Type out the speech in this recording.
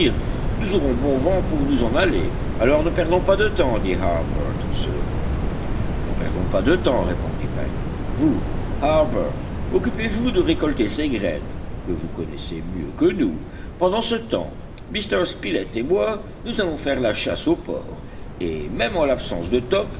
nous aurons bon vent pour nous en aller alors ne perdons pas de temps dit harbert en se levant ne perdons pas de temps répondit pencroff vous harbert occupez-vous de récolter ces graines que vous connaissez mieux que nous pendant ce temps m spilett et moi nous allons faire la chasse aux porcs et même en l'absence de top